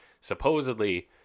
supposedly